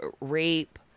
rape